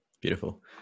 beautiful